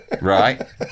Right